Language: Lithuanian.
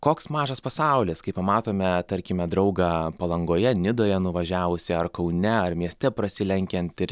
koks mažas pasaulis kai pamatome tarkime draugą palangoje nidoje nuvažiavusį ar kaune ar mieste prasilenkiant ir